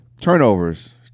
Turnovers